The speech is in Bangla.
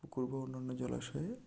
পুকুর বা অন্যান্য জলাশয়ে